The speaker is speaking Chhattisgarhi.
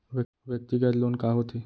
व्यक्तिगत लोन का होथे?